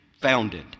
founded